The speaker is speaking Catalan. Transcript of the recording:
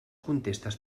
contestes